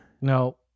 No